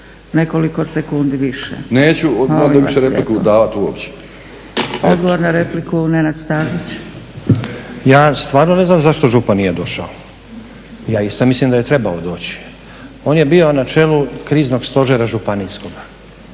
repliku Nenad Stazić. **Stazić, Nenad (SDP)** Ja stvarno ne znam zašto župan nije došao, ja isto mislim da je trebao doći. On je bio na čelu kriznog stožera županijskoga